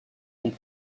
ont